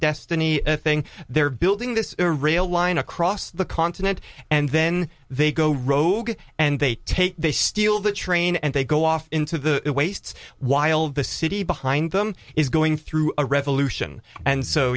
destiny thing they're building this a rail line across the continent and then they go rogue and they take they steal the train and they go off into the wastes while the city behind them is going through a revolution and so